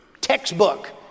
textbook